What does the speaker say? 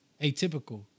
Atypical